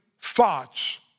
thoughts